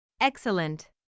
Excellent